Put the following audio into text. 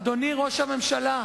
אדוני ראש הממשלה,